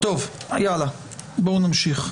בואו נמשיך.